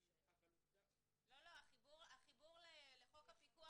אבל עובדה --- החיבור לחוק הפיקוח